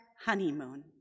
honeymoon